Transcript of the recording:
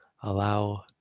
allow